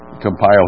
compile